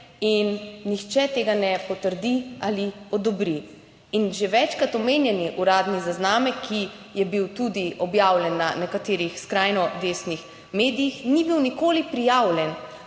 in nihče tega ne potrdi ali odobri. In že večkrat omenjeni uradni zaznamek, ki je bil tudi objavljen na nekaterih skrajno desnih medijih, ni bil nikoli prijavljen,